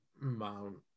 Mount